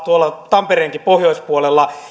tampereenkin pohjoispuolella valitettavasti